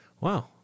Wow